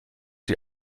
die